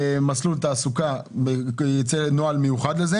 בוודאי שאין להם ניסיון,